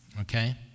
okay